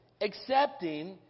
accepting